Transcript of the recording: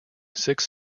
six